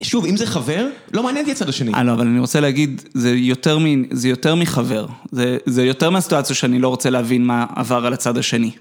שוב, אם זה חבר, לא מעניין אותי הצד השני. אה, לא, אבל אני רוצה להגיד, זה יותר מחבר. זה יותר מהסיטואציה שאני לא רוצה להבין מה עבר על הצד השני.